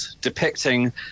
depicting